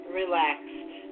relaxed